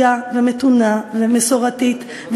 על כן, בשאלה הקריטית הזאת: